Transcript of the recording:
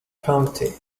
county